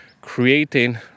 creating